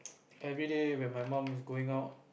every day when my mum was going out